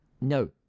no